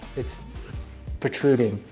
it's protruding.